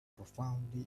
profoundly